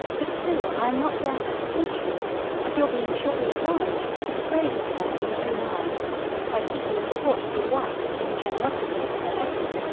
but still i am not without apprehensions of your being shortly obliged to degrade yourself in your own eyes by seeking a support for your wife in the generosity of sir edward.